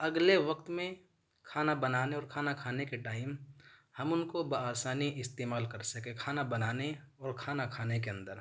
اگلے وقت میں کھانا بنانے اور کھانا کھانے کے ٹائم ہم ان کو بآسانی استعمال کر سکیں کھانا بنانے اور کھانا کھانے کے اندر